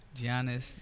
Giannis